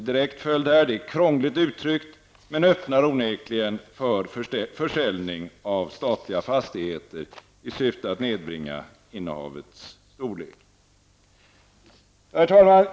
Det är krångligt uttryckt men öppnar onekligen för försäljning av statliga fastigheter i syfte att nedbringa innehavets storlek.